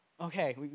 Okay